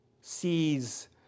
sees